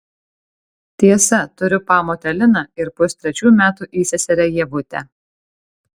tiesa turiu pamotę liną ir pustrečių metų įseserę ievutę